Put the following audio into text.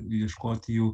ieškoti jau